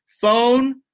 Phone